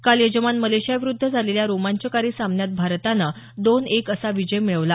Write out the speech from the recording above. काल यजमान मलेशियाविरुद्ध झालेल्या रोमांचकारी सामन्यात भारतानं दोन एक असा विजय मिळवला